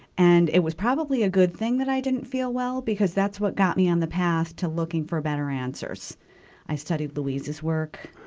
and it was probably a good thing that i didn't feel well because that's what got me on the path to looking for better answers i studied louise's work,